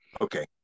Okay